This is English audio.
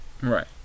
Right